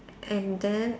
and then